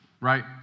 right